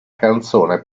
canzone